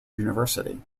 university